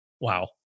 Wow